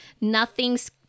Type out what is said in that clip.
nothing's